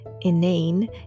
inane